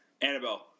Annabelle